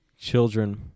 children